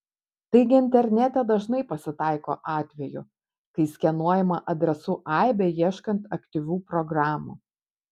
taigi internete dažnai pasitaiko atvejų kai skenuojama adresų aibė ieškant aktyvių programų